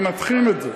מנתחים את זה,